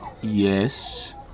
Yes